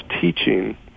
teaching